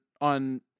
on